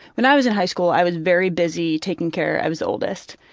when i was in high school, i was very busy taking care i was oldest.